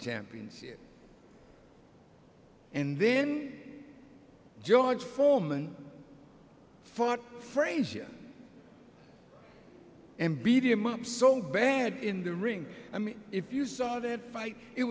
championship and then george foreman fought frazier and beat him up so bad in the ring i mean if you saw that